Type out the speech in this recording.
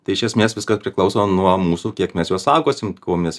tai iš esmės viskas priklauso nuo mūsų kiek mes juos saugosim kuo mes